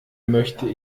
möchte